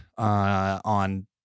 On